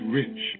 rich